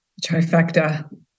trifecta